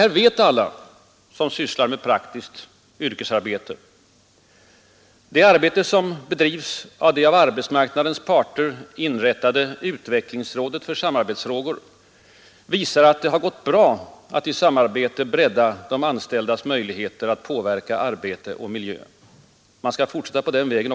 Det vet alla som sysslar med praktiskt yrkesarbete. Det arbete som bedrivs av det av arbetsmarknadens parter inrättade utvecklingsrådet för samarbetsfrågor visar att det har gått bra att i samarbete bredda de anställdas möjligheter att påverka arbete och miljö. Man skall också fortsätta på den vägen.